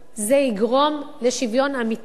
זה יגרום לשוויון אמיתי,